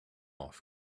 off